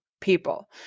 people